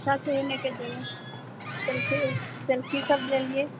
अच्छा छै एनेके जगह सेल्फी सेल्फीसभ लेलियै